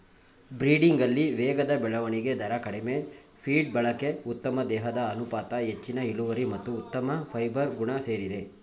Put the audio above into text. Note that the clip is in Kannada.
ಬ್ರೀಡಿಂಗಲ್ಲಿ ವೇಗದ ಬೆಳವಣಿಗೆ ದರ ಕಡಿಮೆ ಫೀಡ್ ಬಳಕೆ ಉತ್ತಮ ದೇಹದ ಅನುಪಾತ ಹೆಚ್ಚಿನ ಇಳುವರಿ ಮತ್ತು ಉತ್ತಮ ಫೈಬರ್ ಗುಣ ಸೇರಿದೆ